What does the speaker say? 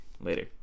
Later